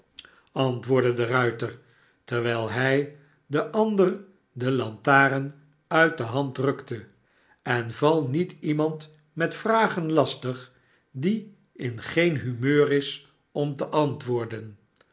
antwoordde de ruiter terwijl hij den ander de lantaren uit de hand rukte en val niet iemand met vragen lastig die in geen humeur is om te antwoorden